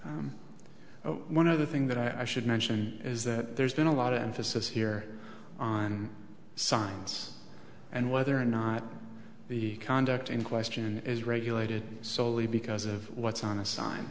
ok one other thing that i should mention is that there's been a lot of emphasis here on science and whether or not the conduct in question is regulated soley because of what's on a sign